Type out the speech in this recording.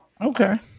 Okay